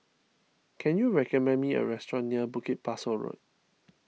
can you recommend me a restaurant near Bukit Pasoh Road